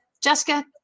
Jessica